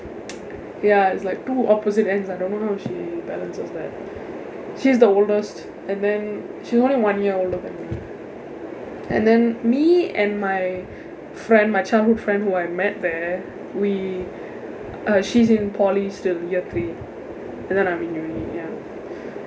ya it's like two opposite ends I don't know how she balances that she's the oldest and then she's only one year older than me and then me and my friend my childhood friend who I met there we uh she's in poly still year and then I'm in uni ya